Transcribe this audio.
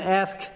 ask